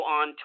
on